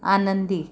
आनंदी